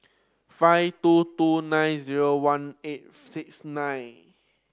five two two nine zero one eight six nine